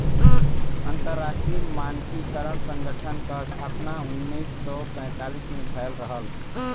अंतरराष्ट्रीय मानकीकरण संगठन क स्थापना उन्नीस सौ सैंतालीस में भयल रहल